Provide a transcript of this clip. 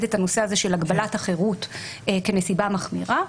את הנושא הזה של הגבלת החירות כנסיבה מחמירה.